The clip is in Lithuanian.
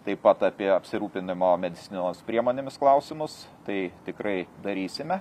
taip pat apie apsirūpinimo medicininos priemonėmis klausimus tai tikrai darysime